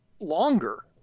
longer